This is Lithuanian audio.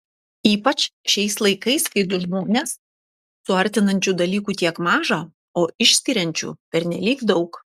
ypač šiais laikais kai du žmones suartinančių dalykų tiek maža o išskiriančių pernelyg daug